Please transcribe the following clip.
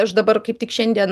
aš dabar kaip tik šiandien